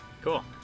Cool